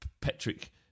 Patrick